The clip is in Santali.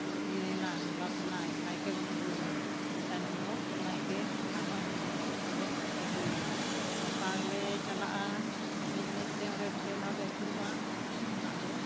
ᱤᱭᱟᱹᱭᱮᱱᱟ ᱞᱟᱥ ᱮᱱᱟᱭ ᱱᱟᱭᱠᱮ ᱵᱚᱱ ᱟᱹᱜᱩᱭᱮᱭᱟ ᱛᱟᱭᱱᱚᱢ ᱫᱚ ᱱᱟᱭᱠᱮ ᱟᱨᱦᱚᱸ ᱮᱱᱮᱡᱼᱮᱱᱮᱡ ᱛᱮᱞᱮ ᱟᱹᱜᱩᱭᱮᱭᱟ ᱜᱚᱸᱥᱟᱲᱮ ᱞᱮ ᱪᱟᱞᱟᱜᱼᱟ ᱮᱱᱮᱡᱼᱮᱱᱮᱡ ᱛᱮ ᱚᱸᱰᱮ ᱯᱮ ᱫᱷᱟᱣᱞᱮ ᱟᱹᱪᱩᱨᱚᱜᱼᱟ ᱚᱸᱰᱮ ᱠᱷᱚᱱᱟᱜ ᱫᱚ